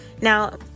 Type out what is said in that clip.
Now